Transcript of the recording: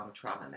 trauma